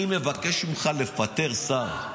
אני מבקש ממך לפטר שר.